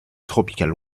tropicale